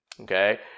Okay